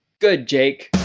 good jake.